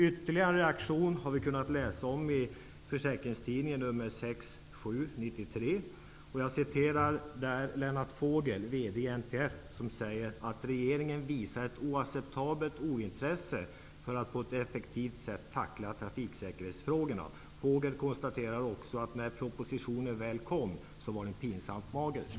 Ytterligare reaktioner har vi kunnat läsa om i Regeringen visar ett oacceptabelt ointresse för att på ett effektivt sätt tackla trafiksäkerhetsfrågorna. Fogel konstaterar också att propositionen när den väl kom var pinsamt mager.